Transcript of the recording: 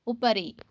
उपरि